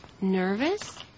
Nervous